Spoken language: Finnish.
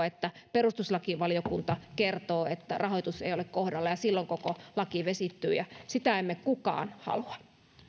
että perustuslakivaliokunta kertoo että rahoitus ei ole kohdallaan ja silloin koko laki vesittyy ja sitä emme kukaan halua